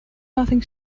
nothing